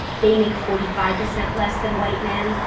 they make forty five percent less than white men.